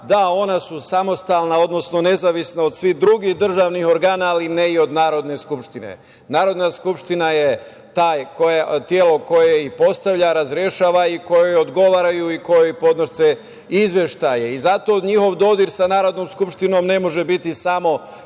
Da, ona su samostalna, odnosno nezavisna od svih drugih državnih organa ali ne i od Narodne skupštine. Narodna skupština je telo koje i postavlja, razrešava i kojoj odgovaraju i kojoj podnose i izveštaje. Zato njihov dodir sa Narodnom skupštinom ne može biti samo